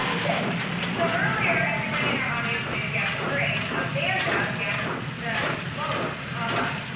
so earlier everybody in our audience made a guess at her age. amanda guessed the lowest. hop up,